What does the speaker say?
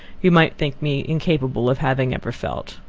you might think me incapable of having ever felt.